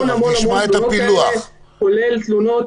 המון תלונות,